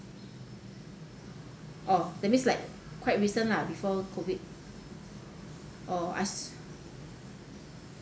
oh that means like quite recent lah before COVID oh I s~